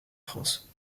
france